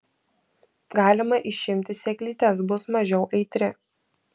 galima išimti sėklytes bus mažiau aitri